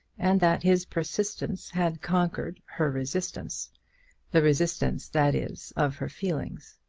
and that his persistence had conquered her resistance the resistance, that is, of her feelings.